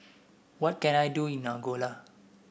what can I do in Angola